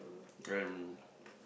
and